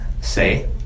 say